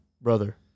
brother